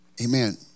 Amen